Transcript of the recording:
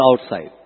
outside